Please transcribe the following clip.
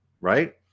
right